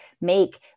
make